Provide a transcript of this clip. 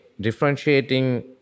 differentiating